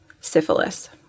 syphilis